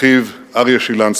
אחיו, אריה שילנסקי,